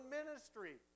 ministry